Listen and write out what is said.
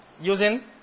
Using